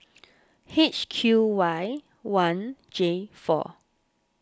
H Q Y one J four